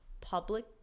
public